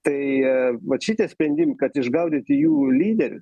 tai vat šitie sprendim kad išgaudyti jų lyder